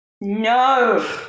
No